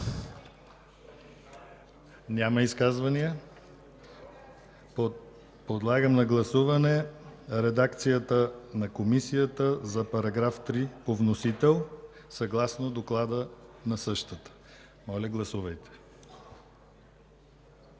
Няма. Подлагам на гласуване редакцията на Комисията за § 3 по вносител, съгласно доклада на същата. Моля, гласувайте.